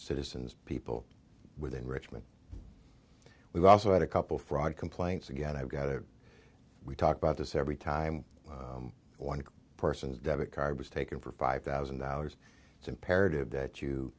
citizens people within richmond we've also had a couple fraud complaints again i've got to we talk about this every time one person's debit card was taken for five thousand dollars it's imperative that you